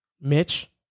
Mitch